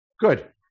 Good